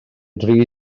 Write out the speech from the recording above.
dri